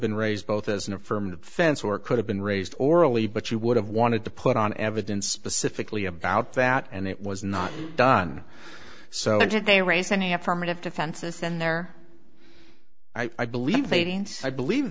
been raised both as an affirmative defense or could have been raised orally but you would have wanted to put on evidence specifically about that and it was not done so they raise any affirmative defenses and there i believe they didn't i believe